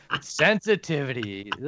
sensitivity